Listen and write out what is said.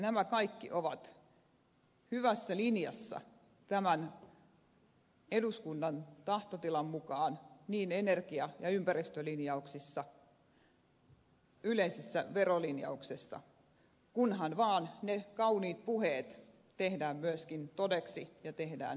nämä kaikki ovat hyvässä linjassa tämän eduskunnan tahtotilan mukaan niin energia ja ympäristölinjauksissa kuin yleisessä verolinjauksessa kunhan vaan ne kauniit puheet tehdään myöskin todeksi ja tehdään lakiesityksiksi